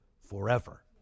forever